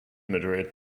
madrid